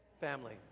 family